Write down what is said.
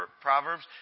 Proverbs